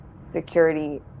security